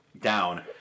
down